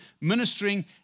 ministering